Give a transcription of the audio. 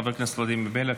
חבר הכנסת ולדימיר בליאק,